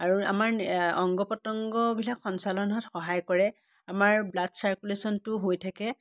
আৰু আমাৰ অংগ পতংগবিলাক সঞ্চালন হোৱাত সহায় কৰে আমাৰ ব্লাড চাৰ্কুলেচনটো হৈ থাকে